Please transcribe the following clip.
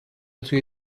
توی